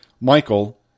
Michael